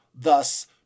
thus